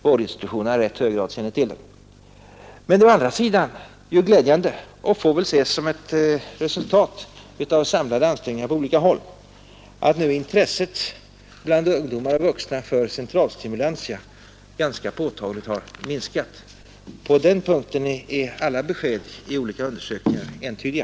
Men det är å andra sidan glädjande och får väl ses som ett resultat av de samlade ansträngningarna i kampen mot narkotikan att intresset bland ungdom och vuxna för centralstimulantia ganska påtagligt har minskat. På den punkten är alla besked i olika undersökningar entydiga.